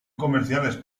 comerciales